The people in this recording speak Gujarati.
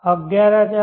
11566